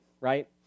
right